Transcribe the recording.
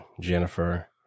Jennifer